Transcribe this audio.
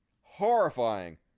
horrifying